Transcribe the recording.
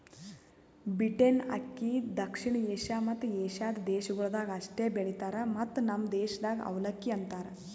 beaten ಅಕ್ಕಿ ದಕ್ಷಿಣ Asia ಮತ್ತ ಏಷ್ಯಾದ ದೇಶಗೊಳ್ದಾಗ್ ಅಷ್ಟೆ ಬೆಳಿತಾರ್ ಮತ್ತ ನಮ್ ದೇಶದಾಗ್ ಅವಲಕ್ಕಿ ಅಂತರ್